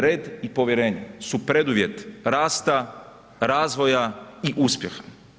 Red i povjerenje su preduvjet rasta, razvoja i uspjeha.